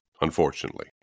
unfortunately